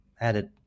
added